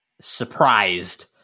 surprised